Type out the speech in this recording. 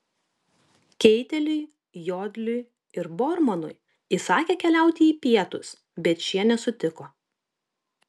keiteliui jodliui ir bormanui įsakė keliauti į pietus bet šie nesutiko